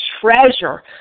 treasure